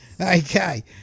Okay